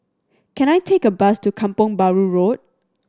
can I take a bus to Kampong Bahru Road